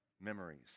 memories